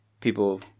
people